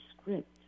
script